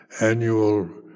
annual